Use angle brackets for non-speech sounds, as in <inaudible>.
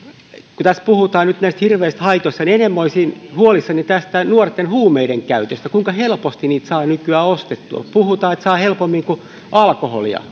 tässä puhutaan nyt näistä hirveistä haitoista niin enemmän olisin huolissani nuorten huumeiden käytöstä kuinka helposti niitä saa nykyään ostettua puhutaan että saa helpommin kuin alkoholia <unintelligible>